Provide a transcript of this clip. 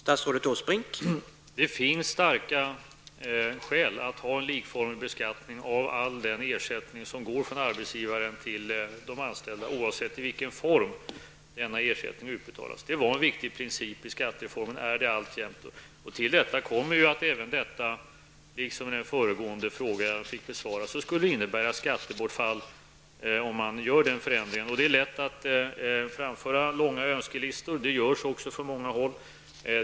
Herr talman! Det finns starka skäl att ha en likformig beskattning av all den ersättning som går från arbetsgivaren till de anställda, oavsett i vilken form denna ersättning utbetalas. Det var en viktig princip i skattereformen och är det alltjämt. Till detta kommer att en ändring av detta skulle innebära ett skattebortfall -- det gäller här liksom i den föregående frågan. Det är lätt att framföra långa önskelistor om skattelättnader -- det görs också från många håll.